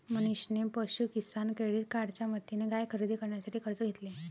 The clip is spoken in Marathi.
मनीषने पशु किसान क्रेडिट कार्डच्या मदतीने गाय खरेदी करण्यासाठी कर्ज घेतले